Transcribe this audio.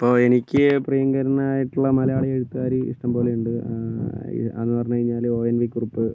ഇപ്പോൾ എനിക്ക് പ്രിയങ്കരനായിട്ടുള്ള മലയാളി എഴുത്തുകാര് ഇഷ്ടംപോലെ ഉണ്ട് അത് എന്ന് പറഞ്ഞ് കഴിഞ്ഞാല് ഒ എൻ വി കുറുപ്പ്